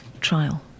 trial